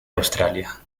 australia